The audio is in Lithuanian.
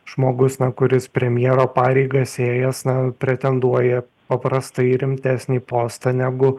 žmogus kuris premjero pareigas ėjęs na pretenduoja paprastai į rimtesnį postą negu